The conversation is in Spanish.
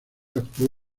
actuó